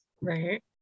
Right